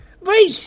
Right